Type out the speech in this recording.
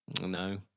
No